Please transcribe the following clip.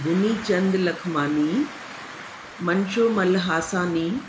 Gunichand Lakhmani Mansomal Hasani